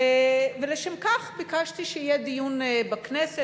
ולשם כך ביקשתי שיהיה דיון בכנסת.